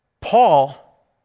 Paul